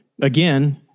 again